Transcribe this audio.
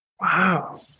Wow